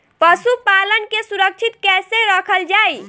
पशुपालन के सुरक्षित कैसे रखल जाई?